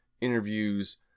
interviews